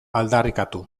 aldarrikatu